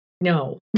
no